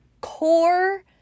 core